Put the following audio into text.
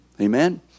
Amen